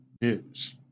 news